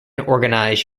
organized